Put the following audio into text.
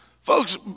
Folks